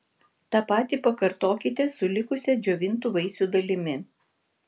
tą patį pakartokite su likusia džiovintų vaisių dalimi